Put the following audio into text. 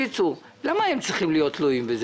למה הם צריכים להיות תלויים בזה?